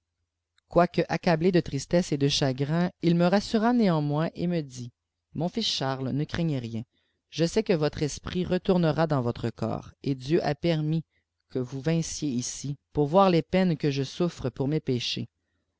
quoique accablé de tristesse et de chagrin j il me rassura néanmoins et me dit mon filscharliesj pe craignez rien je sais que votre esprit retourtjçr dps votre corps et faieu a permis que vous vinssiez ici poùjr voir les peines que je souffre pour mes péchés